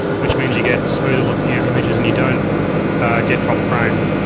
which means you get smoother looking yeah images and you don't get dropped frames,